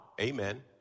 amen